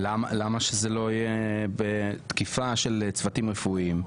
למה שזה לא יהיה שייך לתקיפה של צוותים רפואיים,